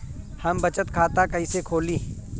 हम बचत खाता कईसे खोली?